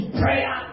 prayer